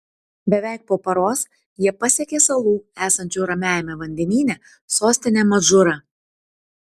beveik po paros jie pasiekė salų esančių ramiajame vandenyne sostinę madžūrą